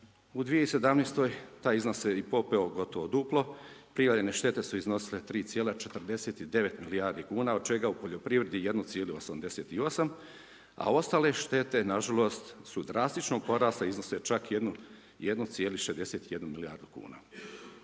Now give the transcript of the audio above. u 2017. taj iznose se popeo gotovo duplo, prijavljene štete su iznosile 3,49 milijardi kn od čega u poljoprivredi 1,88 a ostale štete, nažalost, su drastično porasle i iznose čak 1,61 milijardu kn.